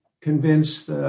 convince